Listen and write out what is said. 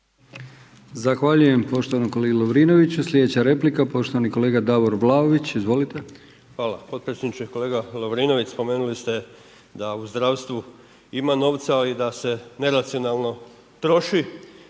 Zahvaljujem poštovanom kolegi Lovrinoviću, sljedeća kolega Davor Vlaović, izvolite. **Vlaović, Davor (HSS)** Hvala potpredsjedniče. Kolega Lovirnović, spomenuli ste, da u zdravstvu ima novca a i da se neracionalno troši